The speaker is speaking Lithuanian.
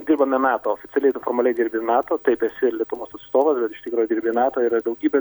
dirbame nato oficialiai tu formaliai dirbi nato taip esi ir lietuvos atstovas bet iš tikro dirbi nato yra daugybė